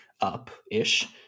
up-ish